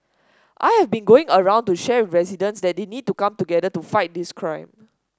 I have been going around to share residents that they need to come together to fight this crime